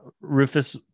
Rufus